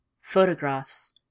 Photographs